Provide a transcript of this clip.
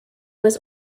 was